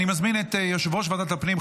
אני מזמין את יושב-ראש ועדת הפנים,